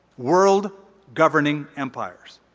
world governing empires.